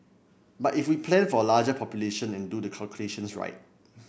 but if we plan for a larger population and do the calculations right